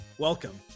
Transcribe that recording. welcome